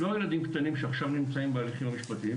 לא ילדים קטנים שעכשיו נמצאים בהליכים משפטיים,